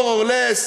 more or less,